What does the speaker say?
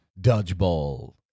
Dodgeball